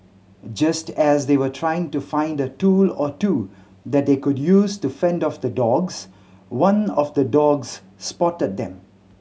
just as they were trying to find a tool or two that they could use to fend off the dogs one of the dogs spotted them